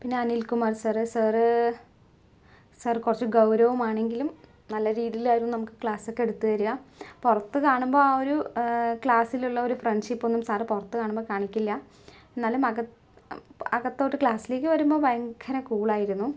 പിന്നെ Anilkumar sir sir sir കുറച്ച് ഗൗരവമാണെങ്കിലും നല്ല രീതിയില് അവര് നമുക്ക് ക്ലാസ്സൊക്കെ എടുത്ത് തരിക പുറത്ത് കാണുമ്പം ആ ഒരു ക്ലാസ്സിലുള്ളൊരു ഫ്രണ്ട്ഷിപ്പൊന്നും സാറ് പുറത്തു കാണുമ്പോൾ കാണിക്കില്ല എന്നാലും അകത്ത് അകത്തോട്ട് ക്ലാസ്സിലേക്ക് വരുമ്പം ഭയങ്കര കൂളായിരുന്നു